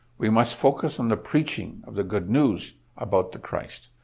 we must focus on the preaching of the good news about the christ.